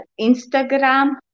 Instagram